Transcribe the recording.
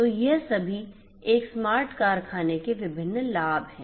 तो ये सभी एक स्मार्ट कारखाने के विभिन्न लाभ हैं